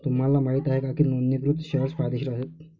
तुम्हाला माहित आहे का की नोंदणीकृत शेअर्स फायदेशीर आहेत?